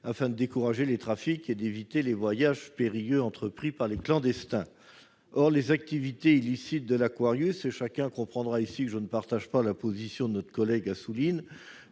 afin de décourager les trafics et d'éviter les voyages périlleux entrepris par les clandestins. Or les activités illicites de l'- chacun comprendra ici que je ne partage pas la position de David Assouline